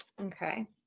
Okay